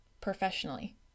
professionally